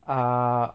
uh